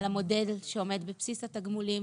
על המודד הזה שעומד בבסיס התגמולים,